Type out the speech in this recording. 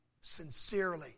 sincerely